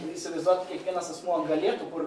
įsivaizduot kiekvienas asmuo galėtų kur